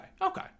okay